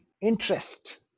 interest